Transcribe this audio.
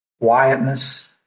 quietness